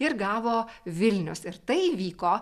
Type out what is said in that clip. ir gavo vilnius ir tai įvyko